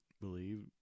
believe